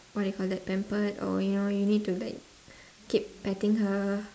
what do you call that pampered or you know you need to like keep petting her